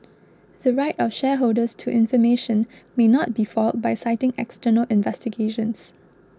the right of shareholders to information may not be foiled by citing external investigations